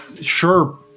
sure